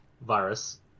virus